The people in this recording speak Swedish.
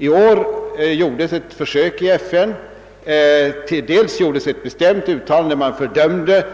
I år gjordes i FN dels ett bestämt uttalande där man fördömde